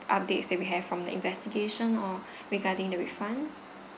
updates that we have from the investigation or regarding the refund